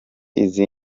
izi